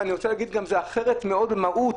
אני רוצה להגיד שזה אחרת מאוד במהות